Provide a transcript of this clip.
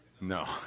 No